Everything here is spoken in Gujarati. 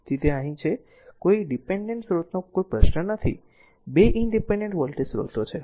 તેથી તે અહીં r છે કોઈ r ડીપેન્ડેન્ટ સ્રોતનો કોઈ પ્રશ્ન નથી 2 ઇનડીપેન્ડેન્ટ વોલ્ટેજ સ્રોતો છે